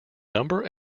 number